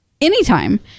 anytime